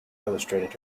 illustrated